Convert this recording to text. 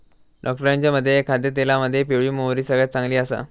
डॉक्टरांच्या मते खाद्यतेलामध्ये पिवळी मोहरी सगळ्यात चांगली आसा